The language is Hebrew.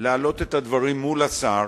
להעלות את הדברים מול השר.